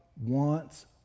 wants